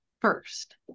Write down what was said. first